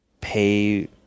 pay